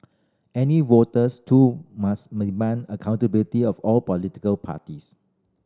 any voters too must accountability of all political parties